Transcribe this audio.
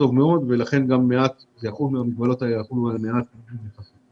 טוב מאוד ולכן המגבלות האלה יחולו על מעט מקומות.